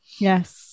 Yes